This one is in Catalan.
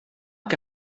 que